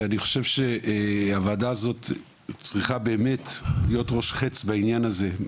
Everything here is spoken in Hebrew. ואני חושב שהוועדה הזאת צריכה באמת להיות ראש חץ בעניין הזה.